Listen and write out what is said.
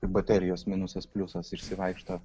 baterijos minusas pliusas išsivaikšto